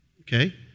Okay